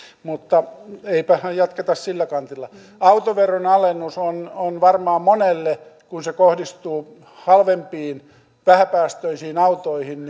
mutta eipähän jatketa sillä kantilla autoveron alennus on on varmaan monelle kun se kohdistuu halvempiin vähäpäästöisiin autoihin